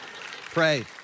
Pray